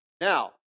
Now